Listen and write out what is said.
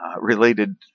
related